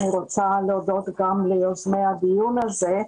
אני רוצה להודות גם ליוזמי הדיון הזה.